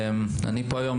אני פה היום